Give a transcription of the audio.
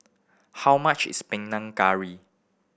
how much is Panang Curry